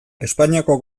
espainiako